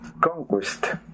conquest